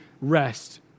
rest